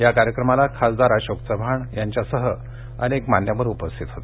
या कार्यक्रमास खासदार अशोक चव्हाण यांच्यासह अनेक मान्यवर उपस्थित होते